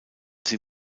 sie